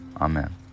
Amen